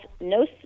no